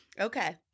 Okay